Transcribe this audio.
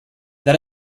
that